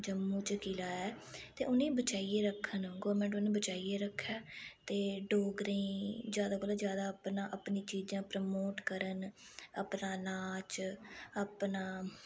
जम्मू च किला ऐ ते उनेंगी बचाइयै रक्खन गौरमेंट बी उनेंगी बचाइयै रक्खै ते डोगरें ज्यादा कोला ज्यादा अपना अपनी चीज़ां प्रमोट करन अपना नाच अपना